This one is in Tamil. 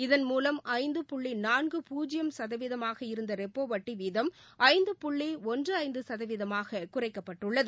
இதன்மூலம் ஐந்து புள்ளி நான்கு பூஜ்ஜியம் சதவீதமாக இருந்த ரெப்போ வட்டி வீதம் ஐந்து புள்ளி ஒன்று ஐந்து சதவீதமாக குறைக்கப்பட்டுள்ளது